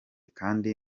kandi